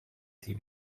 die